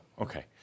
Okay